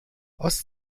aus